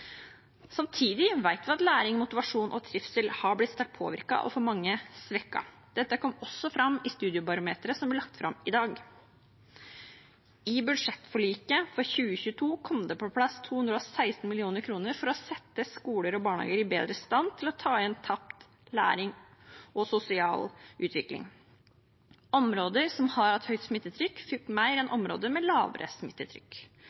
Samtidig vet vi at læring, motivasjon og trivsel har blitt sterkt påvirket og for mange svekket. Dette kom også fram i Studiebarometeret som ble lagt fram i dag. I budsjettforliket for 2022 kom det på plass 216 mill. kr for å sette skoler og barnehager i bedre stand til å ta igjen tapt læring og sosial utvikling. Områder som har hatt høyt smittetrykk, fikk mer enn